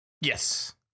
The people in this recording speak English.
Yes